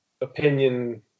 opinion